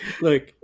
Look